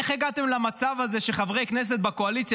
איך הגעתם למצב הזה שחברי כנסת בקואליציה